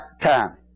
time